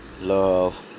love